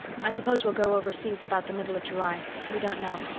i suppose we'll go overseas about the middle of july we don't know.